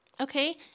Okay